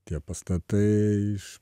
tie pastatai iš